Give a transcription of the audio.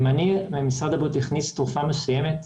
אם משרד הבריאות הכניס תרופה מסוימת,